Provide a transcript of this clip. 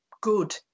good